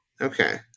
Okay